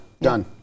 Done